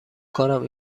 کنم